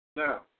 Now